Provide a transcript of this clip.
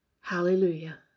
Hallelujah